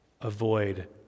avoid